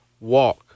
walk